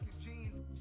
jeans